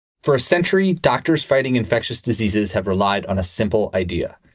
for a century, doctors fighting infectious diseases have relied on a simple idea.